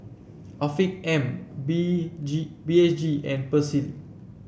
Afiq M B G B H G and Persil